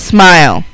Smile